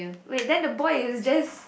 wait then the boy is just